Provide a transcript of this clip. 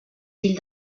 fill